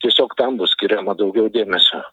tiesiog tam bus skiriama daugiau dėmesio